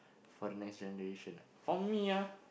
for the next generation ah for me ah